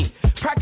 practice